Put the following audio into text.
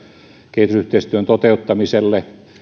kehitysyhteistyön toteuttamiselle